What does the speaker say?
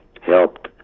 helped